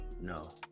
no